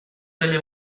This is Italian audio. delle